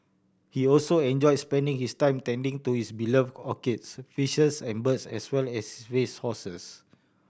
he also enjoy spending his time tending to his belove orchids fishes and birds as well as his race horses